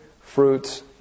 fruits